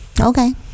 Okay